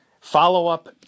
follow-up